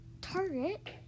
Target